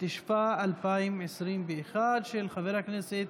התשפ"א 2021, של חבר הכנסת